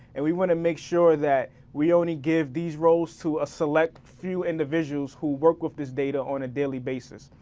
and we wanna make sure that we only give these roles to a select few individuals who work with this data data on a daily basis.